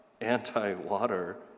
anti-water